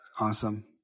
Awesome